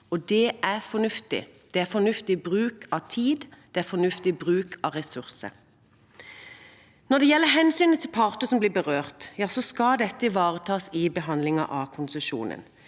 Det er fornuftig bruk av tid. Det er fornuftig bruk av ressurser. Når det gjelder hensynet til parter som blir berørt, skal dette ivaretas i behandlingen av konsesjonen.